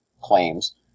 claims